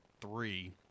three